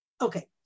Okay